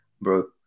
bro